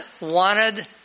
wanted